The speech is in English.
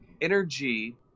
energy